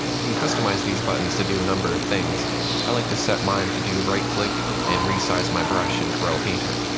you can customize these buttons to do a number of things. i like to set mine to do a right-click and to resize my brush in corel painter.